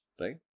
right